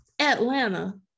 Atlanta